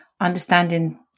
understanding